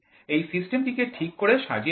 এই সিস্টেমটিকে ঠিক করে সাজিয়ে নেব